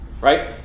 Right